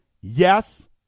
yes